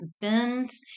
bins